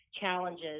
challenges